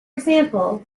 example